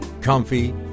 comfy